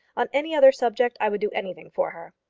on any other subject i would do anything for her.